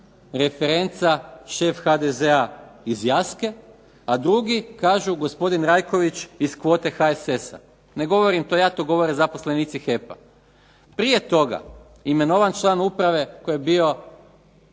referenca šef HDZ-a iz Jaske, a drugi kažu gospodin Rajković iz kvote HSS-a. ne govorim to ja to govore zaposlenici HEP-a. Prije toga imenovan član uprave koji je bio